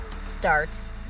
starts